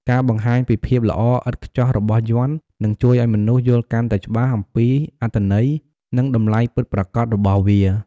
ការបង្ហាញពីភាពល្អឥតខ្ចោះរបស់យ័ន្ត នឹងជួយឱ្យមនុស្សយល់កាន់តែច្បាស់អំពីអត្ថន័យ និងតម្លៃពិតប្រាកដរបស់វា។